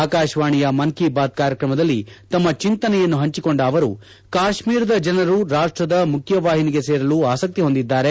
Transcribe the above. ಆಕಾಶವಾಣಿಯ ಮನ್ ಕೀ ಬಾತ್ ಕಾರ್ಯಕ್ರಮದಲ್ಲಿ ತಮ್ನ ಚಿಂತನೆಯನ್ನು ಹಂಚಿಕೊಂಡ ಅವರು ಕಾಶ್ಮೀರದ ಜನರು ರಾಷ್ಟದ ಮುಖ್ಯ ವಾಹಿನಿಗೆ ಸೇರಲು ಆಸಕ್ತಿ ಹೊಂದಿದ್ದಾರೆ